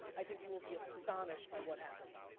i think you will be astonished by what happens.